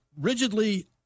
rigidly